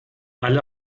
alle